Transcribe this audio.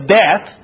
death